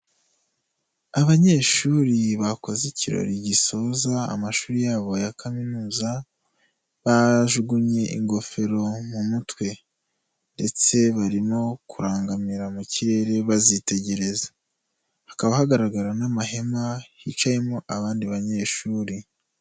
Abanyeshuri bakoze ikirori gisoza amashuri yabo ya kaminuza bajugunye ingofero mu mutwe ndetse barimo kurangamira mu kirere bazitegereza hakaba hagaragara n'amahema hicayemo abandi banyeshuri.